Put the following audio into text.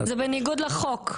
זה בניגוד לחוק.